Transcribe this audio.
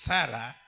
Sarah